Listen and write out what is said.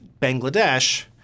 Bangladesh